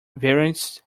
variants